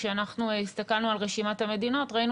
כשאנחנו הסתכלנו על רשימת המדינות ראינו